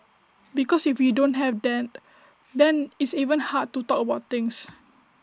because if you don't have that then it's even hard to talk about things